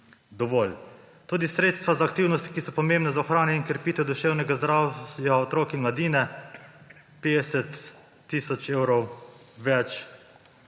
Tudi sredstva za aktivnosti, ki so pomembne za ohranjanje in krepitev duševnega zdravja otrok in mladine – 50 tisoč evrov več